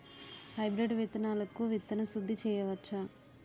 Hybrid విత్తనాలకు విత్తన శుద్ది చేయవచ్చ?